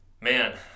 man